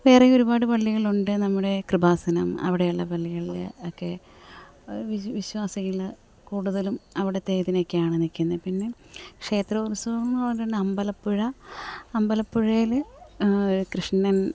വേറെയും ഒരുപാട് പള്ളികളുണ്ട് നമ്മുടെ കൃപാസനം അവിടെയുള്ള പള്ളികളിൽ ഒക്കെ വിശ്വാസികൾ കൂടുതലും അവിടുത്തെ ഇതിനൊക്കെയാണ് നിൽക്കുന്നത് പിന്നെ ക്ഷേത്രോത്സവം എന്ന് പറയുന്നത് അമ്പലപ്പുഴ അമ്പലപ്പുഴയിൽ കൃഷ്ണൻ